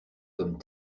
comme